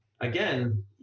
again